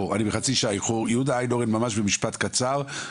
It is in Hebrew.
יהודה איינהורן, ממש במשפט קצר.